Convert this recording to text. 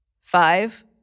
Five